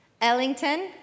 Ellington